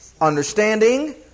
understanding